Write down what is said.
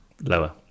Lower